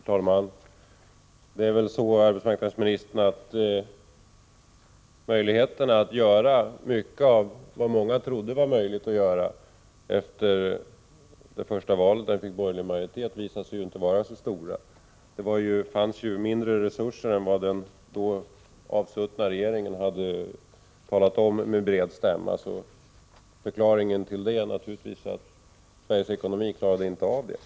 Herr talman! Det är väl så, arbetsmarknadsministern, att förutsättningarna för att göra mycket av vad många trodde var möjligt att genomföra efter det första valet när vi fick borgerlig majoritet visade sig inte vara så stora. Det fanns mindre resurser än vad den avsuttna regeringen hade talat om med hög stämma. Så förklaringen är naturligtvis att Sveriges ekonomi klarade inte av detta.